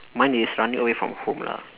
mine is running away from home lah